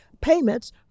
payments